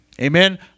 Amen